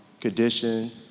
condition